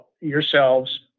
yourselves